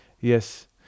yes